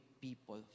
people